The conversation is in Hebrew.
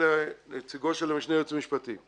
לומר לנציגו של המשנה ליועץ המשפטי.